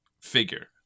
figure